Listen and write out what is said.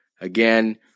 Again